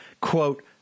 quote